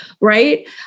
right